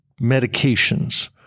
medications